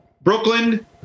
Brooklyn